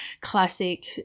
classic